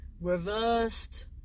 reversed